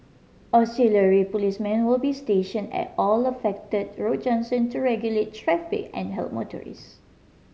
auxiliary policemen will be station at all affect road junction to regulate traffic and help motorists